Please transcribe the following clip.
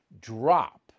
drop